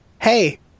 Hey